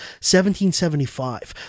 1775